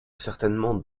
certainement